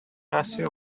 gussie